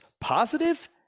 positive